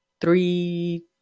three